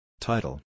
Title